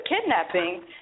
kidnapping